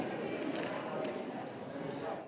Hvala